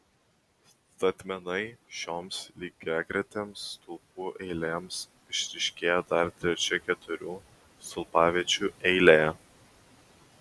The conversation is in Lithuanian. statmenai šioms lygiagretėms stulpų eilėms išryškėjo dar trečia keturių stulpaviečių eilė